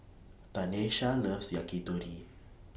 Tanesha loves Yakitori